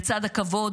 לצד הכבוד,